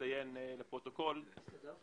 החברה הטורקית השקיעה המון המון כסף,